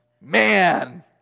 man